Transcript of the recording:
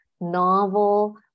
novel